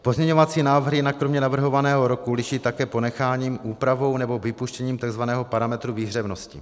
Pozměňovací návrhy se jinak kromě navrhovaného roku liší také ponecháním, úpravou nebo vypuštěním takzvaného parametru výhřevnosti.